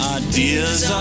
ideas